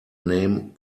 name